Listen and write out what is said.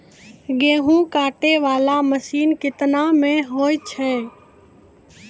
गेहूँ काटै वाला मसीन केतना मे होय छै?